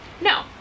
No